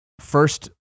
first